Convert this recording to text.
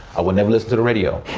i would never listen to the radio.